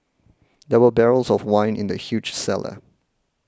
there were barrels of wine in the huge cellar